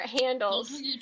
handles